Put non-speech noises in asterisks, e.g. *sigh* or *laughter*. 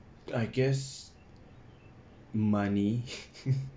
I guess money *laughs*